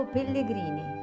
Pellegrini